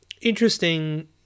interesting